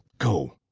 go.